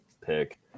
pick